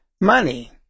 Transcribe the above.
money